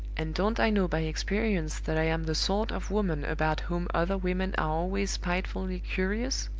and don't i know by experience that i am the sort of woman about whom other women are always spitefully curious?